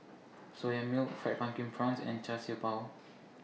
Soya Milk Fried Pumpkin Prawns and Char Siew Bao